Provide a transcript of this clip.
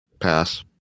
Pass